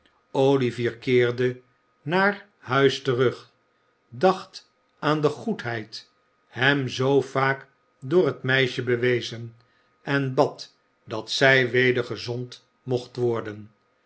olivier keerde naar huis terug dacht aan de goedheid hem zoo vaak door het meisje bewezen en bad dat zij weder gezond mocht worden